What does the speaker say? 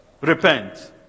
repent